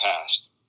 past